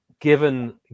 given